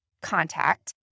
contact